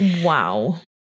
Wow